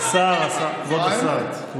עשר שנים ביקשתי לפסול אותם, אתם נעלמתם.